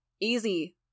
Easy